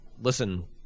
listen